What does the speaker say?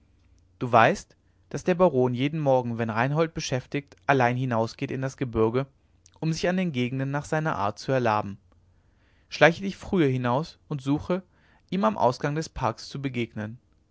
du weißt daß der baron jeden morgen wenn reinhold beschäftigt allein hinausgeht in das gebürge um sich an den gegenden nach seiner art zu erlaben schleiche dich früher hinaus und suche ihm am ausgange des parks zu begegnen